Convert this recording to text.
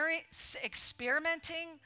experimenting